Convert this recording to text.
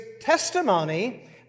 testimony